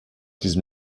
diesem